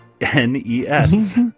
N-E-S